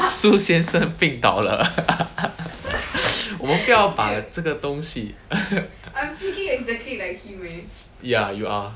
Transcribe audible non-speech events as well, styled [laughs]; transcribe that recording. [laughs] su 先生病倒倒了我不要把这个东西 ya you are